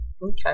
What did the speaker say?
okay